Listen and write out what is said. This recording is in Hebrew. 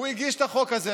הוא הגיש את החוק הזה.